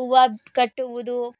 ಹೂವ ಕಟ್ಟುವುದು